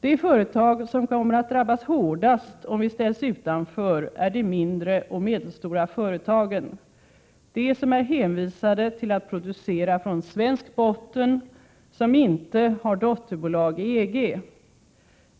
De företag som kommer att drabbas hårdast om vi ställs utanför är de mindre och medelstora företagen, de som är hänvisade till att producera från svensk botten, som inte har dotterbolag i EG.